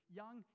young